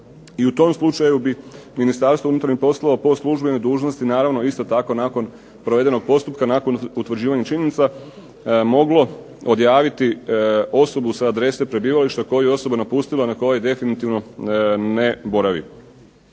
i u tom slučaju bi Ministarstvo unutarnjih poslova po službenoj dužnosti naravno isto tako nakon provedenog postupka, nakon utvrđivanja činjenica moglo odjaviti osobu sa adrese prebivališta koju je osoba napustila, na kojoj definitivno ne boravi.